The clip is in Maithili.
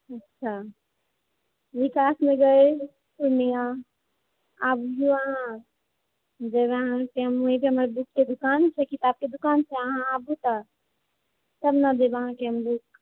अच्छा विकास नगर पूर्णिया आबियौ अहाँ देबै अहाँके ई जे हमर बुक के दुकान छै किताब के दुकान छै अहाँ आबू तऽ तब ने देब अहाँके हम बुक